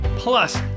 Plus